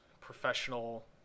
professional